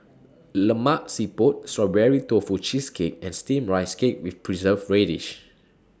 Lemak Siput Strawberry Tofu Cheesecake and Steamed Rice Cake with Preserved Radish